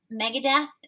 Megadeth